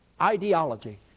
ideology